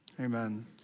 Amen